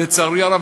לצערי הרב,